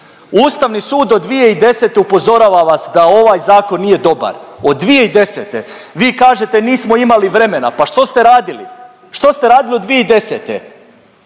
Ustavni sud od 2010. upozorava vas da ovaj zakon nije dobar, od 2010., vi kažete nismo imali vremena, pa što ste radili, što ste radili od 2010.